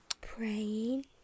Praying